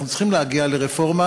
אנחנו צריכים להגיע לרפורמה,